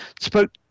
Spoke